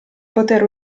poter